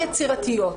יצירתיות,